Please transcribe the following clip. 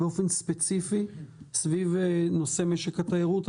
באופן ספציפי סביב נושא משק התיירות.